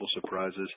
surprises